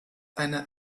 eine